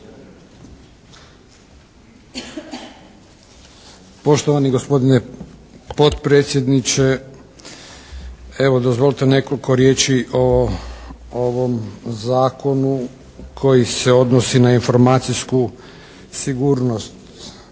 Poštovani gospodine potpredsjedniče! Evo, dozvolite nekoliko riječi o ovom zakonu koji se odnosi na informacijsku sigurnost.